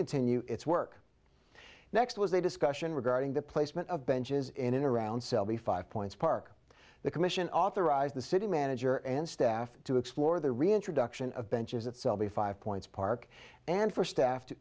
continue its work next was a discussion regarding the placement of benches in an around seventy five points park the commission authorized the city manager and staff to explore the reintroduction of benches at selby five points park and for staff to